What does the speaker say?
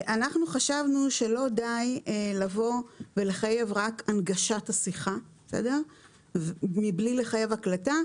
אנחנו חשבנו שלא די לבוא ולחייב רק הנגשת השיחה מבלי לחייב הקלטה,